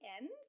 end